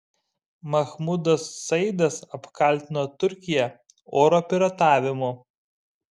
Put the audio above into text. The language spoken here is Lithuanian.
mahmudas saidas apkaltino turkiją oro piratavimu